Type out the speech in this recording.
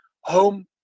home